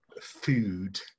food